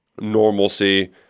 normalcy